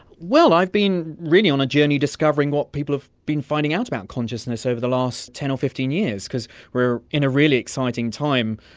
well i've been really on a journey discovering what people have been finding out about consciousness over the last ten or fifteen years, because we're in a really exciting time,